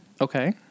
Okay